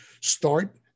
start